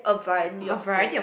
variety of thing